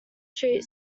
street